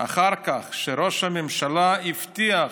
אחר כך הוא שראש הממשלה הבטיח